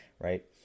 right